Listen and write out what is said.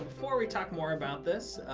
before we talk more about this,